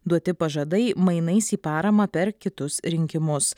duoti pažadai mainais į paramą per kitus rinkimus